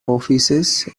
offices